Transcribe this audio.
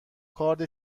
کارد